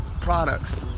products